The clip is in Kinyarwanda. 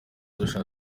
dushaka